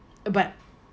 but